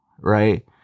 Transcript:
right